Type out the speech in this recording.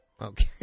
Okay